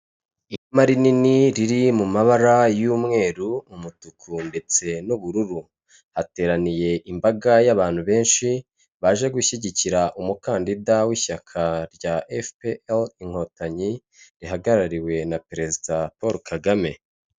Ihema rinini, riri mu mabara y'umweru, umutuku ndetse n'ubururu, hateraniye imbaga y'abantu benshi baje gushyigikira umukandida w'ishyaka rya efepe eri inkotanyi, rihagarariwe na perezida Paul Kagame.